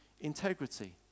integrity